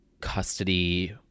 custody